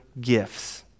gifts